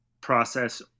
process